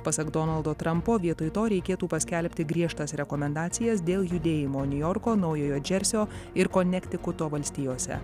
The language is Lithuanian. pasak donaldo trampo vietoj to reikėtų paskelbti griežtas rekomendacijas dėl judėjimo niujorko naujojo džersio ir konektikuto valstijose